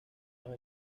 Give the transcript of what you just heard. los